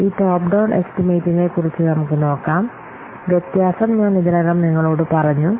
ഈ top down എസ്റ്റിമേറ്റിനെക്കുറിച്ച് നമുക്ക് നോക്കാം വ്യത്യാസം ഞാൻ ഇതിനകം നിങ്ങളോട് പറഞ്ഞു